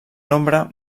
nombre